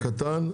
כן, הקטן.